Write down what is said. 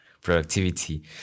productivity